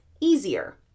easier